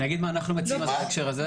נגיד מה שאנחנו מציעים בהקשר הזה.